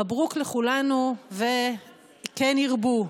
מברוכ לכולנו וכן ירבו.